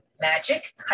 Magic